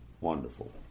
wonderful